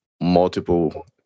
multiple